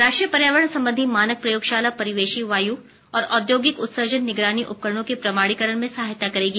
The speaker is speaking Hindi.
राष्ट्रीय पर्यावरण संबंधी मानक प्रयोगशाला परिवेशी वायू और औद्योगिक उत्सर्जन निगरानी उपकरणों के प्रमाणीकरण में सहायता करेगी